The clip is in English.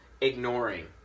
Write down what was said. ignoring